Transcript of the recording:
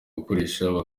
gukosora